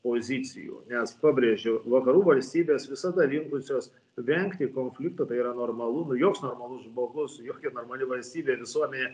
pozicijų nes pabrėžiu vakarų valstybės visada linkusios vengti konflikto tai yra normalu nu joks normalus žmogus jokia normali valstybė visuomenė